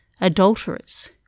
adulterers